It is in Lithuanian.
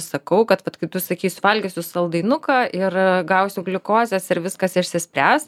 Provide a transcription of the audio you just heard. sakau kad vat kaip tu sakei suvalgysiu saldainuką ir gausiu gliukozės ir viskas išsispręs